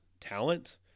talent